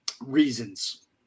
reasons